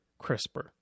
CRISPR